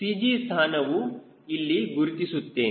G ಸ್ಥಾನವನ್ನು ಇಲ್ಲಿ ಗುರುತಿಸುತ್ತೇನೆ